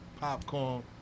Popcorn